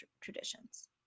traditions